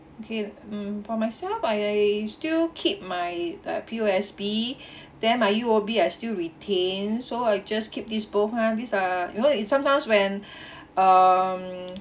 okay mm for myself I still keep my uh P_O_S_B then my U_O_B I still retain so I just keep this both ah these uh you know it sometimes when um